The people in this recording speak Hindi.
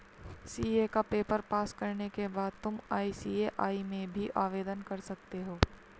सी.ए का पेपर पास करने के बाद तुम आई.सी.ए.आई में भी आवेदन कर सकते हो